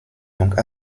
donc